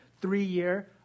three-year